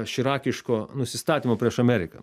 širakiško nusistatymo prieš ameriką